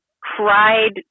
cried